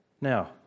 Now